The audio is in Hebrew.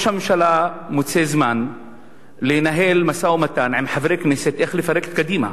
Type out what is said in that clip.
ראש הממשלה מוצא זמן לנהל משא-ומתן עם חברי כנסת איך לפרק את קדימה,